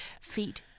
feet